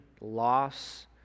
loss